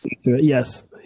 yes